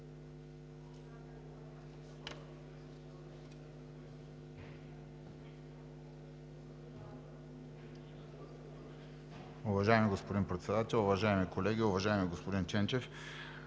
Уважаеми господин Председател, уважаеми колеги! Уважаеми господин Ченчев,